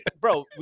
bro